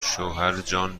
شوهرجان